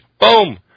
boom